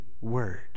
word